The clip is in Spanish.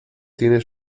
tiene